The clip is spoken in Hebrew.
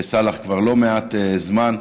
סאלח, כבר לא מעט זמן.